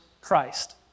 Christ